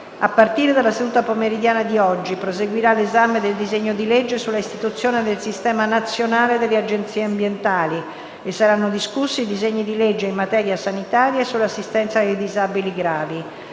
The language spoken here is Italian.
A partire della seduta pomeridiana di oggi, proseguirà l'esame del disegno di legge sulla istituzione del Sistema nazionale delle Agenzie ambientali e saranno discussi i disegni di legge in materia sanitaria e sull'assistenza dei disabili gravi.